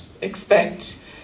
expect